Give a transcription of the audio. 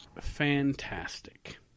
fantastic